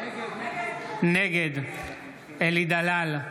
נגד אלי דלל,